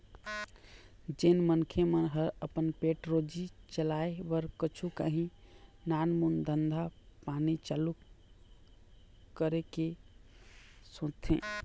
जेन मनखे मन ह अपन पेट रोजी चलाय बर कुछु काही नानमून धंधा पानी चालू करे के सोचथे